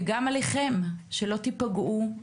וגם עליכם, שלא תיפגעו.